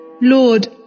Lord